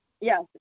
Yes